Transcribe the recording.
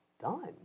done